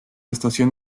estación